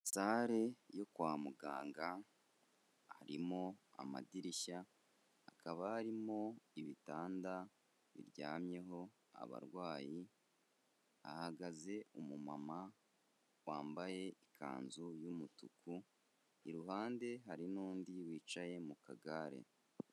Sale yo kwa muganga, harimo amadirishya, hakaba harimo ibitanda biryamyeho abarwayi, hahagaze umumama wambaye ikanzu y'umutuku, iruhande hari n'undi wicaye mu kagare.